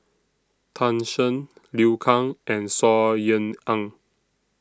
Tan Shen Liu Kang and Saw Ean Ang